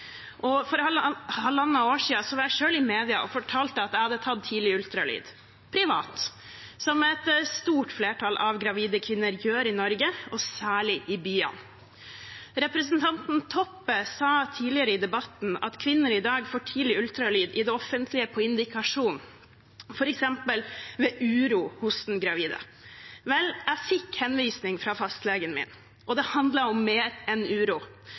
fikk barn. For halvannet år siden var jeg selv i media og fortalte at jeg hadde tatt tidlig ultralyd – privat – som et stort flertall av gravide kvinner gjør i Norge, og særlig i byene. Representanten Toppe sa tidligere i debatten at kvinner i dag får tidlig ultralyd i det offentlige på indikasjon, f.eks. ved uro hos den gravide. Vel, jeg fikk henvisning fra fastlegen min, og det handlet om mer enn uro.